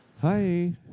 Hi